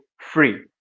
Free